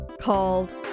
called